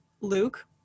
Luke